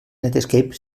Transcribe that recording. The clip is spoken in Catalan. netscape